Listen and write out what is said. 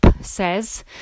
says